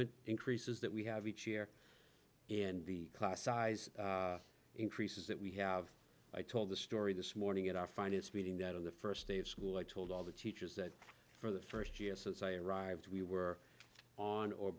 nt increases that we have each year and the class size increases that we have i told the story this morning at our finance meeting that on the first day of school i told all the teachers that for the first year since i arrived we were on or